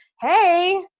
Hey